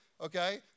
okay